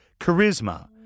charisma